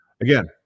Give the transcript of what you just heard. Again